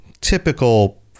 typical